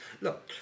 look